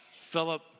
Philip